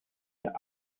der